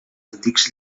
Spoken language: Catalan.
antics